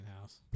house